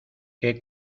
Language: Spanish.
que